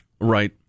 Right